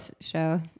Show